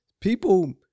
people